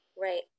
Right